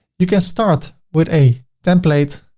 you can start with a template.